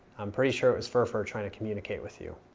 i'm pretty sure it was fur fur trying to communicate with you.